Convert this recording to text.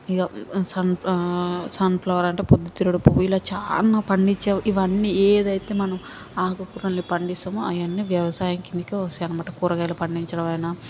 ఇగ సన్ఫ్ల సన్ఫ్లవర్ అంటే ప్రొద్దుతిరుగుడు పువ్వు ఇలా చానా పండించే ఇవన్నీ ఏదైతే మనం ఆకుకూరల్ని పండిస్తామో అవన్నీ వ్యవసాయం కిందకే వస్తాయి అనమాట కూరగాయలు పండించడం అయినా